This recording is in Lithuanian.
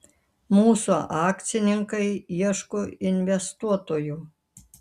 mūsų akcininkai ieško investuotojų